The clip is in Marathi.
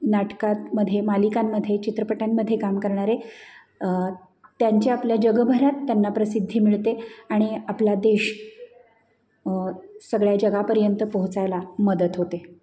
नाटकातमध्ये मालिकांमध्ये चित्रपटांमध्ये काम करणारे त्यांच्या आपल्या जगभरात त्यांना प्रसिद्धी मिळते आणि आपला देश सगळ्या जगापर्यंत पोहोचायला मदत होते